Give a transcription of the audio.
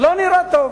לא נראה טוב.